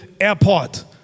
airport